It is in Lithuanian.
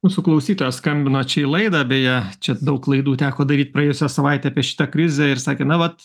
mūsų klausytojas skambino čia į laidą beje čia daug laidų teko daryt praėjusią savaitę apie šitą krizę ir sakė na vat